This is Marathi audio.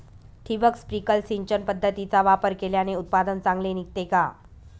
ठिबक, स्प्रिंकल सिंचन पद्धतीचा वापर केल्याने उत्पादन चांगले निघते का?